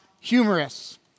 humorous